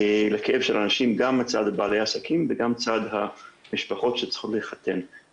לכאב של האנשים גם בצד של בעלי העסקים וגם בצד המשפחות שצריכות להתחתן.